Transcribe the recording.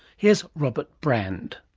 here's robert brand.